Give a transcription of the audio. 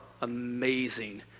amazing